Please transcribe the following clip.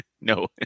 No